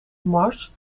mars